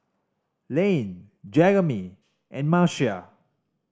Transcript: Lane Jeremy and Marcia